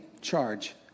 charge